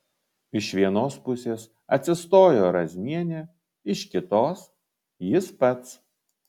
iš vienos pusės atsistojo razmienė iš kitos jis pats